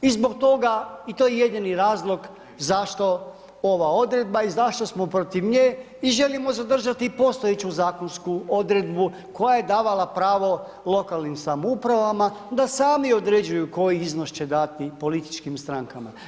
I zbog toga i to je jedini razlog zašto ova odredba i zašto smo protiv nje i želimo zadržati postojeću zakonsku odredbu koja je davala pravo lokalnim samoupravama da sami određuju koji iznos će dati političkim strankama.